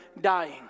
dying